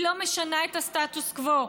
היא לא משנה את הסטטוס קוו.